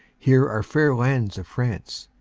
here are fair lands of france.